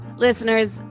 Listeners